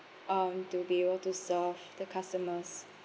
um to be able to serve the customers